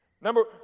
Number